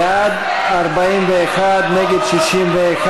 בעד, 41, נגד, 61,